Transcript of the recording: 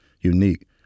unique